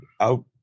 out